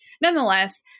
nonetheless